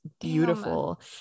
beautiful